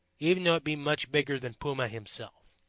even though it be much bigger than puma himself.